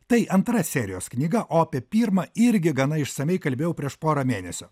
tai antra serijos knyga o apie pirmą irgi gana išsamiai kalbėjau prieš porą mėnesių